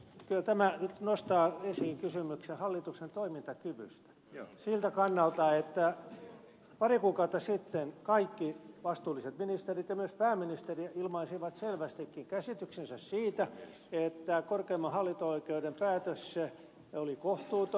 kyllä tämä nyt nostaa esiin kysymyksen hallituksen toimintakyvystä siltä kannalta että pari kuukautta sitten kaikki vastuulliset ministerit ja myös pääministeri ilmaisivat selvästikin käsityksensä siitä että korkeimman hallinto oikeuden päätös oli kohtuuton